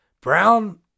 Brown